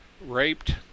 raped